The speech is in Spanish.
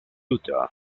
utah